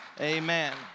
Amen